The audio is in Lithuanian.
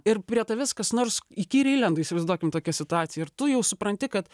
ir prie tavęs kas nors įkyriai lenda įsivaizduokim tokią situaciją ir tu jau supranti kad